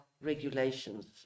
regulations